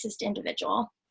individual